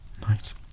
Nice